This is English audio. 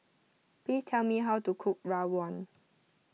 please tell me how to cook Rawon